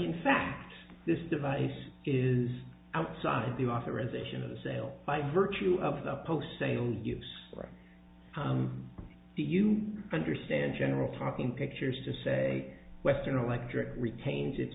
in fact this device is outside the authorization of the sale by virtue of the post sale use do you understand general talking pictures to say western electric retains it